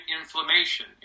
inflammation